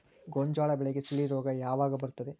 ಗೋಂಜಾಳ ಬೆಳೆಗೆ ಸುಳಿ ರೋಗ ಯಾವಾಗ ಬರುತ್ತದೆ?